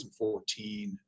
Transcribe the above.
2014